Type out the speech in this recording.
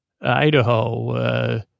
Idaho